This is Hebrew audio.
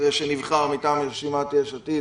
שנבחר מטעם רשימת יש עתיד,